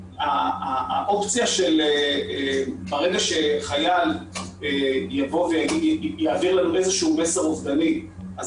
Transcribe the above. האופציה שברגע שחייל יעביר לנו איזשהו מסר אובדני אז